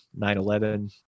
9-11